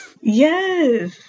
Yes